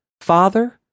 father